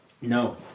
no